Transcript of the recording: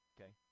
Okay